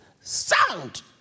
sound